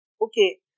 okay